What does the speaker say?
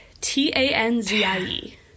T-A-N-Z-I-E